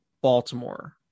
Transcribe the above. baltimore